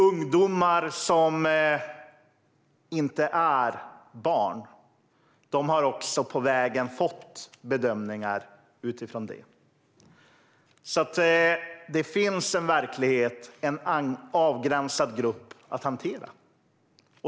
Ungdomar som inte är barn har på vägen också fått bedömningar utifrån det. Det finns en verklighet med en avgränsad grupp som måste hanteras.